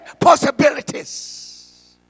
possibilities